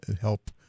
help